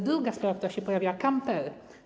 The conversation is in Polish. Druga sprawa, która się pojawia: kampery.